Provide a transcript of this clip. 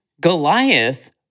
Goliath